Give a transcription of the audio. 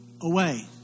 away